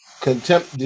contempt